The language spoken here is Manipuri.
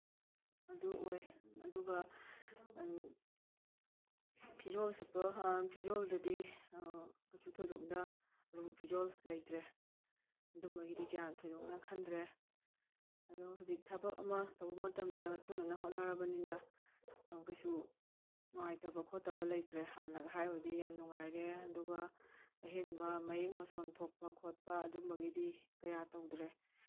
ꯑꯗꯨ ꯑꯣꯏ ꯑꯗꯨꯒ ꯐꯤꯖꯣꯜꯗꯗꯤ ꯀꯩꯁꯨ ꯊꯣꯏꯗꯣꯛꯅ ꯑꯔꯨꯕ ꯐꯤꯖꯣꯜ ꯂꯩꯇ꯭ꯔꯦ ꯑꯗꯨꯝꯕꯒꯤꯗꯤ ꯀꯌꯥ ꯊꯣꯏꯗꯣꯛꯅ ꯈꯟꯗ꯭ꯔꯦ ꯑꯗꯣ ꯍꯧꯖꯤꯛ ꯊꯕꯛ ꯑꯃ ꯇꯧꯕ ꯃꯇꯝꯗ ꯃꯥꯏꯄꯨꯅꯅ ꯍꯣꯠꯅꯔꯕꯅꯤꯅ ꯀꯩꯁꯨ ꯅꯨꯡꯉꯥꯏꯇꯕ ꯈꯣꯠꯇꯕ ꯂꯩꯇ꯭ꯔꯦ ꯍꯥꯟꯅꯒ ꯍꯥꯏꯔꯨꯔꯗꯤ ꯌꯥꯝ ꯅꯨꯡꯉꯥꯏꯔꯦ ꯑꯗꯨꯒ ꯑꯍꯦꯟꯕ ꯃꯌꯦꯛ ꯃꯁꯣꯟ ꯊꯣꯛꯄ ꯈꯣꯠꯄ ꯑꯗꯨꯝꯕꯒꯤꯗꯤ ꯀꯌꯥ ꯇꯧꯗ꯭ꯔꯦ